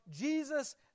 Jesus